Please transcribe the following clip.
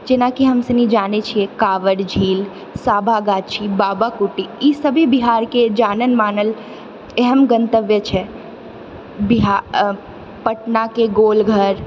जेनाकि हम सुनी जानए छिऐ कावर झील सभा गाछी बाबा कुटी ई सभी बिहारके जानल मानल एहन गंतव्य छै बिहार पटनाके गोलघर